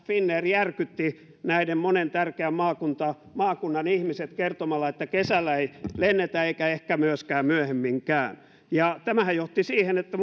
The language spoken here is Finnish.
finnair järkytti näiden monen tärkeän maakunnan ihmiset kertomalla että kesällä ei lennetä eikä ehkä myöskään myöhemminkään ja tämähän johti siihen että